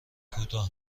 کوتاه